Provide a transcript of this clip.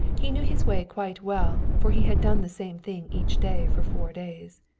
he knew his way quite well, for he had done the same thing each day for four days.